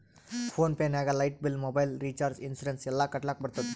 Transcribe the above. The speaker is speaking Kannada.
ಫೋನ್ ಪೇ ನಾಗ್ light bill, mobile recharge, insurance ಎಲ್ಲಾ ಕಟ್ಟಲಕ್ ಬರ್ತುದ್